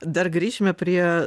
dar grįšime prie